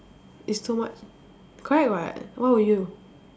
it's too much correct [what] what about you